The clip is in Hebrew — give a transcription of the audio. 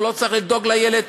הוא לא צריך לדאוג לילד?